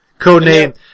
Codename